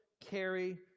carry